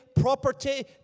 property